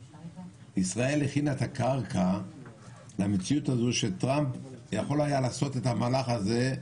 ישראל הכינה את הקרקע למציאות הזאת שטראמפ יכול היה לעשות את המהלך הזה,